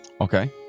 Okay